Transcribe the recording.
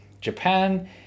japan